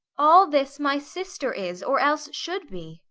all this my sister is, or else should be.